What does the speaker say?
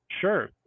Sure